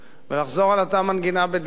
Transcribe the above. ולחזור על מנגינה בדיוק